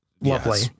lovely